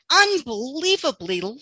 unbelievably